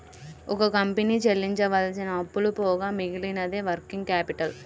ఒక కంపెనీ చెల్లించవలసిన అప్పులు పోగా మిగిలినదే వర్కింగ్ క్యాపిటల్